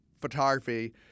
photography